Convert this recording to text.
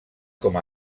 com